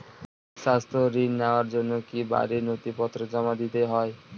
স্বাস্থ্য ঋণ নেওয়ার জন্য কি বাড়ীর নথিপত্র জমা দিতেই হয়?